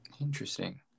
Interesting